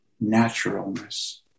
naturalness